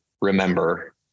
remember